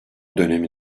dönemi